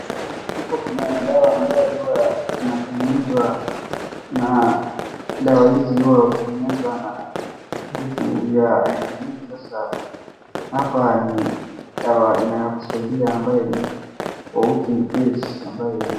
Hapo kuna dawa ambayo huwa inatengenezwa, na dawa hizi huwa hutengenezwa na vitu vya aina nyingi sasa hapa ni dawa inayokusaidia ambayo ni tofauti pills , ambayo ni...